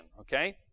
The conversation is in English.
okay